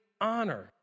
honor